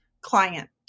client